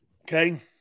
Okay